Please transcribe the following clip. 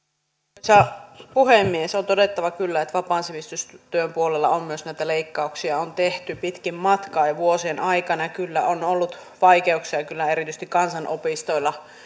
arvoisa puhemies on todettava kyllä että vapaan sivistystyön puolella on myös näitä leikkauksia tehty pitkin matkaa jo vuosien aikana ja kyllä on ollut vaikeuksia erityisesti kansanopistoilla